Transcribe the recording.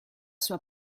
sua